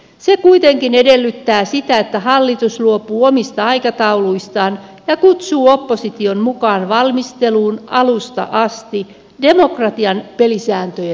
se kuitenkin edellyttää sitä että hallitus luopuu omista aikatauluistaan ja kutsuu opposition mukaan valmisteluun alusta asti demokratian pelisääntöjen mukaan